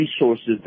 resources